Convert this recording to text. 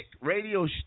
Radio